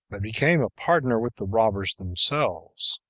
but became a partner with the robbers themselves.